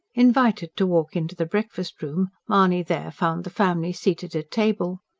invited to walk into the breakfast-room, mahony there found the family seated at table.